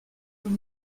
dans